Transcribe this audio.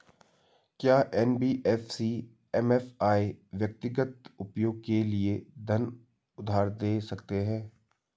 क्या NBFC MFI व्यक्तिगत उपयोग के लिए धन उधार दें सकते हैं?